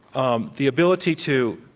um the ability to,